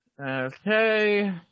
Okay